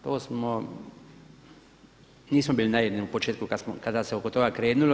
To smo, nismo bili naivni u početku kada se oko toga krenulo.